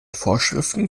vorschriften